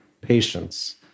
patience